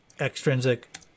extrinsic